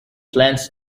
plans